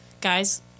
Guys